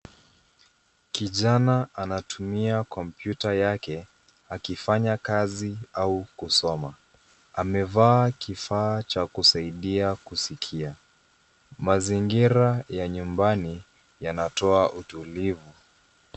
Kijana anatumia kompyuta yake akifanya kazi au kusoma. Amevaa kifaa cha kusaidia kuskia. Mazingira ya nyumbani yanatoa utulivu.